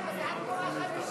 כן, אבל זה עד קומה חמישית.